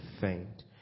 faint